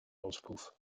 auspuff